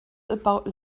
about